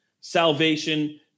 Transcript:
salvation